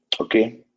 Okay